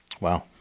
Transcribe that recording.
Wow